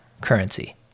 currency